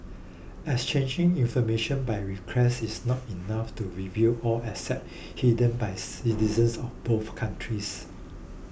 exchanging information by request is not enough to reveal all assets hidden by citizens of both countries